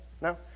No